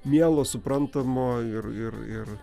mielo suprantamo ir ir ir